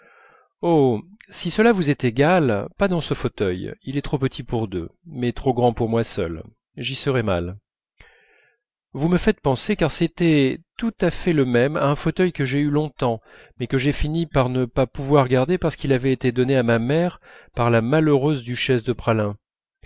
oh si cela vous est égal pas dans ce fauteuil il est trop petit pour deux mais trop grand pour moi seule j'y serais mal vous me faites penser car c'était tout à fait le même à un fauteuil que j'ai eu longtemps mais que j'ai fini par ne pas pouvoir garder parce qu'il avait été donné à ma mère par la malheureuse duchesse de praslin